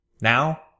Now